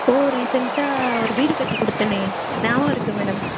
ஓ ரீசென்ட்டாக ஒரு வீடு கட்டி கொடுத்தனே ஞபாகம் இருக்கு மேடம்